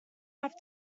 have